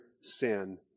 sin